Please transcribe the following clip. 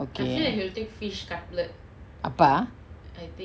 okay appa